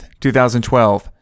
2012